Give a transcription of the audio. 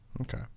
okay